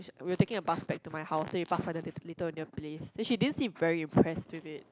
we were taking a bus back to my house then we passed by the Little Little-India place then she didn't seem very impressed with it